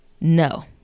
No